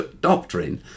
doctrine